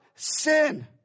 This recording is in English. Sin